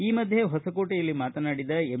ಈ ಮಧ್ಯೆ ಹೊಸಕೋಟೆಯಲ್ಲಿ ಮಾತನಾಡಿದ ಎಂ